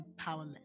empowerment